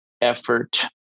effort